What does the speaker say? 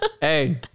Hey